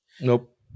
Nope